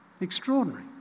Extraordinary